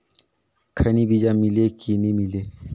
खैनी बिजा मिले कि नी मिले?